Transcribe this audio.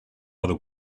other